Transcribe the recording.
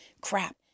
Crap